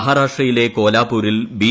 മഹാരാഷ്ട്രയിലെ കോലാപ്പൂരിൽ ബി